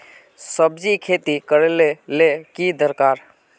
सब्जी खेती करले ले की दरकार?